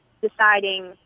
deciding